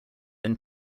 than